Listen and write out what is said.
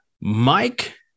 Mike